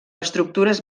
estructures